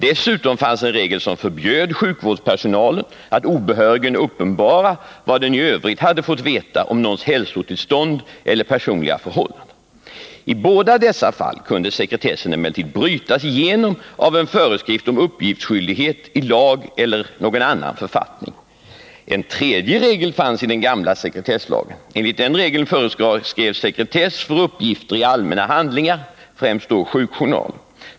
För det andra fanns en regel som förbjöd sjukvårdspersonal att obehörigen uppenbara vad den i övrigt hade fått veta om någons hälsotillstånd eller personliga förhållanden. I båda dessa fall kunde sekretessen emellertid brytas av en föreskrift om uppgiftsskyldighet i lag eller annan författning. Enligt den tredje regeln i den gamla sekretesslagen föreskrevs sekretess för uppgifter i allmänna handlingar, främst sjukjournaler.